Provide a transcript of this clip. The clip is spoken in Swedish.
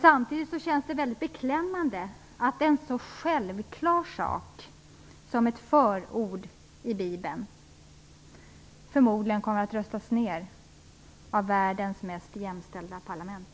Samtidigt känns det mycket beklämmande att en så självklar sak som ett förord i bibeln förmodligen kommer att röstas ner av världens mest jämställda parlament.